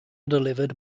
delivered